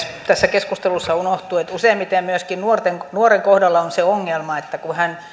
tässä keskustelussa unohtuu että useimmiten myöskin nuoren kohdalla on se ongelma että kun hän